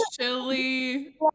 chili